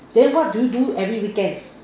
then what do you do every weekend